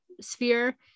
sphere